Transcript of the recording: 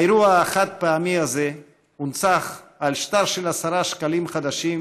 האירוע החד-פעמי הזה הונצח על שטר של עשרה שקלים חדשים,